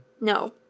No